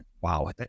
wow